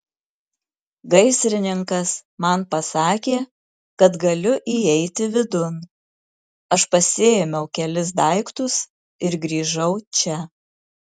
gaisrininkas man pasakė kad galiu įeiti vidun aš pasiėmiau kelis daiktus ir grįžau čia